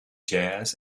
jazz